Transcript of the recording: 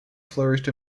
flourished